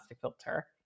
filter